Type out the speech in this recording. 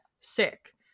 sick